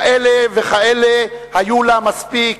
כאלה וכאלה היו לה מספיק.